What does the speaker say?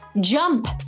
Jump